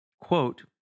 quote